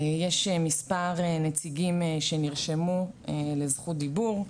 יש מספר נציגים שנרשמו לזכות דיבור,